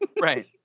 Right